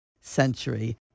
century